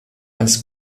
als